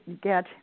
get